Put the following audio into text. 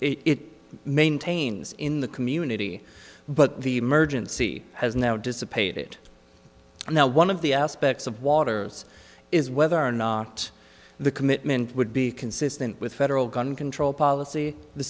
it maintains in the community but the emergency has now dissipated now one of the aspects of waters is whether or not the commitment would be consistent with federal gun control policy the